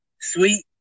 Sweet